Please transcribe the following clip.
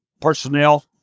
personnel